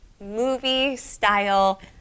movie-style